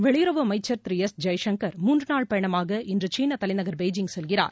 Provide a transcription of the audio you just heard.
வெளியுறவு அமைச்சர் திரு எஸ் ஜெய்சங்கர் மூன்று நாள் பயணமாக இன்று சீன தலைநகர் பெய்ஜிங் செல்கிறார்